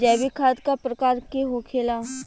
जैविक खाद का प्रकार के होखे ला?